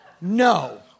No